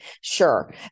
sure